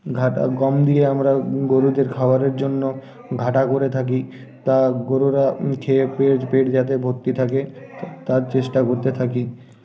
ঘাটা গম দিয়ে আমরা গরুদের খাবারের জন্য ঘাটা করে থাকি তা গরুরা খেয়ে পে পেট যাতে ভর্তি থাকে তার চেষ্টা করতে থাকি